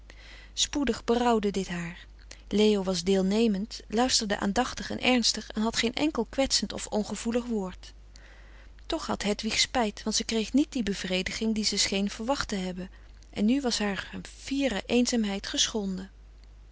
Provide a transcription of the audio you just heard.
spoedig berouwde dit haar leo was deelnemend luisterde aandachtig en ernstig en had geen enkel kwetsend of ongevoelig woord toch had hedwig spijt want ze kreeg niet die bevrediging die ze scheen verwacht te hebben en nu was haar fiere eenzaamheid geschonden